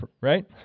right